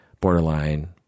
borderline